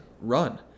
run